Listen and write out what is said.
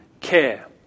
care